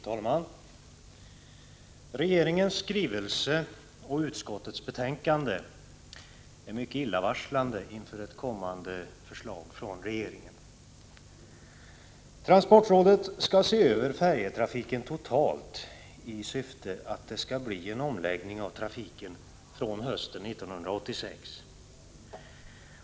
Fru talman! Regeringens skrivelse och utskottets betänkande är mycket illavarslande inför ett kommande förslag från regeringen. Transportrådet skall se över färjetrafiken totalt i syfte att det skall bli en omläggning av trafiken från hösten 1986.